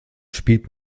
spielt